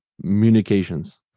communications